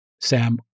Sam